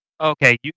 okay